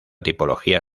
tipología